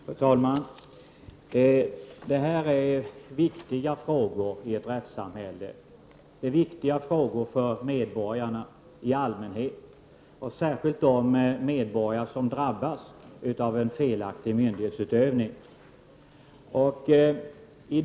Fru talman! Detta är viktiga frågor i ett rättssamhälle. Det är viktiga frågor för medborgarna i allmänhet och särskilt för de medborgare som drabbas av en felaktig myndighetsutövning.